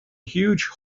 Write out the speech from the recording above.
huge